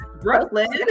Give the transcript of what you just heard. Brooklyn